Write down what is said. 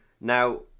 Now